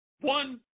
one